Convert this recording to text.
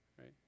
right